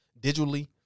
digitally